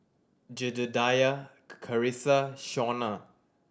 Jedediah Charissa Shaunna